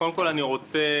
קודם כול, אני רוצה